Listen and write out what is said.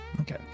Okay